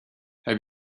have